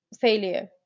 failure